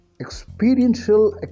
experiential